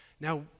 Now